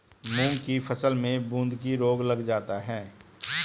मूंग की फसल में बूंदकी रोग लग जाता है